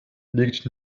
liegt